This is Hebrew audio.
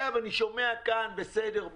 אני שומע כאן שאומרים בסדר,